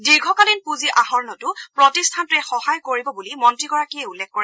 দীৰ্ঘকালীন পুঁজি আহৰণতো প্ৰতিষ্ঠানটোৱে সহায় কৰিব বুলি মন্ত্ৰীগৰাকীয়ে উল্লেখ কৰে